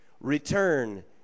Return